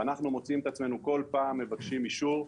ואנחנו מוצאים את עצמנו כל פעם מבקשים אישור.